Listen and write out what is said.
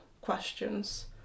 questions